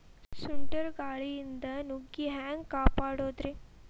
ಸುಂಟರ್ ಗಾಳಿಯಿಂದ ನುಗ್ಗಿ ಹ್ಯಾಂಗ ಕಾಪಡೊದ್ರೇ?